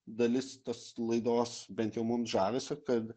dalis tas laidos bent jau mum žavesio kad